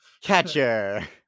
Catcher